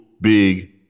big